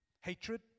hatred